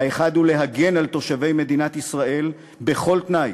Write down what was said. האחד הוא להגן על תושבי מדינת ישראל בכל תנאי,